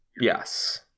Yes